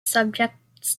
subjects